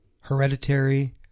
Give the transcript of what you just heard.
Hereditary